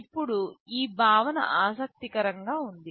ఇప్పుడు ఈ భావన ఆసక్తికరంగా ఉంది